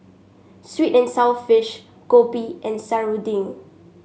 sweet and sour fish Kopi and Serunding